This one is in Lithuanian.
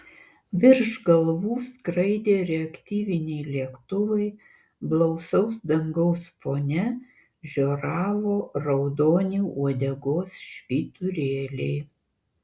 virš galvų skraidė reaktyviniai lėktuvai blausaus dangaus fone žioravo raudoni uodegos švyturėliai